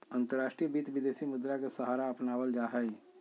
अंतर्राष्ट्रीय वित्त, विदेशी मुद्रा के सहारा अपनावल जा हई